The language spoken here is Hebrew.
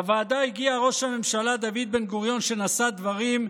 לוועדה הגיע ראש הממשלה דוד בן-גוריון ונשא דברים,